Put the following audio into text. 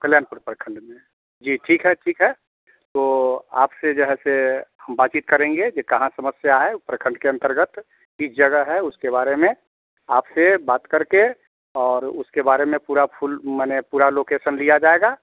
कल्याणपुर प्रखंड में जी ठीक है ठीक है तो आप से जो है सो हम बातचित करेंगे कि कहाँ समस्या है प्रखंड के अंतर्गत किस जगह है उसके बारे में आप से बात कर के और उसके बारे में पूरा फुल माने पूरा लोकेसन लिया जाएगा